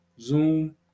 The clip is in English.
Zoom